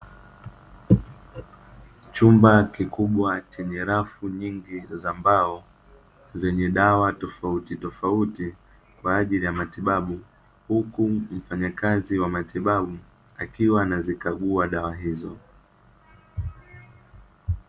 Chumba kikubwa chenye rafu nyingi za mbao zenye dawa tofautitofauti kwa ajili ya matibabu, huku mfanyakazi wa matibabu akiwa anazikagua dawa hizo.